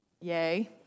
Yay